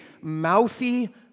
mouthy